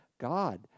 God